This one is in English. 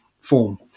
form